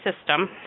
System